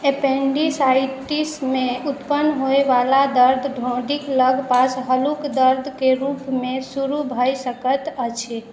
एपेन्डिसाइटिसमे उत्पन्न होबयवला दर्द ढोंढ़ीक लगपास हल्लुक दर्दक रूपमे शुरू भए सकैत अछि